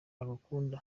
agukunda